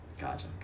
Gotcha